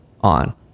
on